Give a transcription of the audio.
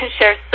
share